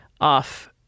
off